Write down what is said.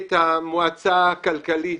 את המועצה הכלכלית,